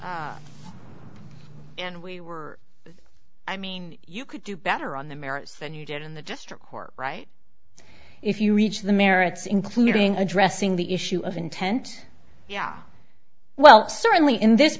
merits and we were i mean you could do better on the merits than you did in the district court right if you reach the merits including addressing the issue of intent yeah well certainly in this